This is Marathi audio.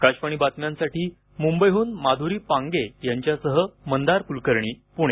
आकाशवाणी बातम्यांसाठी मुंबईहून माधुरी पांगे यांच्यासह मंदार कुलकर्णी पुणे